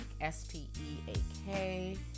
S-P-E-A-K